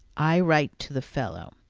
i write to the fellow,